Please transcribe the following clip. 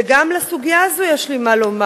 וגם בסוגיה הזו יש לי מה לומר.